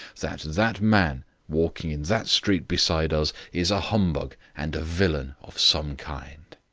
that that man walking in that street beside us is a humbug and a villain of some kind.